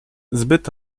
zbyt